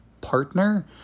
partner